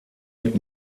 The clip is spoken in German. mit